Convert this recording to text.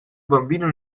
bambino